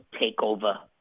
takeover